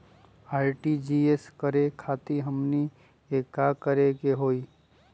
RTGS करे खातीर हमनी के का करे के हो ई?